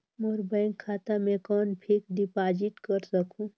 मोर bank खाता मे कौन फिक्स्ड डिपॉजिट कर सकहुं?